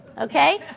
Okay